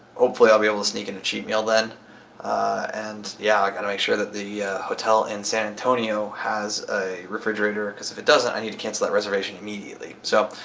hopefully i'll be able to sneak in a cheat meal then and yeah, i gotta make sure that the hotel in san antonio has a refrigerator. cause if it doesn't, i need to cancel that reservation immediately. so,